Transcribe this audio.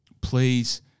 please